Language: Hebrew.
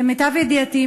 למיטב ידיעתי,